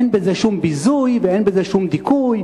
אין בזה שום ביזוי ואין בזה שום דיכוי,